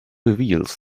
reveals